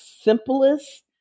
simplest